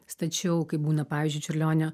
stačiau kaip būna pavyzdžiui čiurlionio